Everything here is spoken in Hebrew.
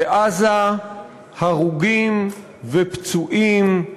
בעזה הרוגים ופצועים,